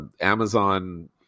Amazon